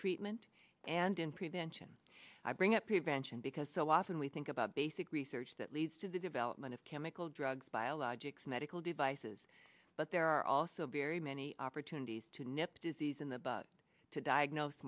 treatment and in prevention i bring up prevention because so often we think about basic research that leads to the development of chemical drugs biologics medical devices but there are also very many opportunities to nip disease in the bugs to diagnose